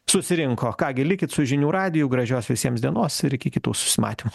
susirinko ką gi likit su žinių radiju gražios visiems dienos ir iki kitų susimatymų